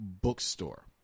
bookstore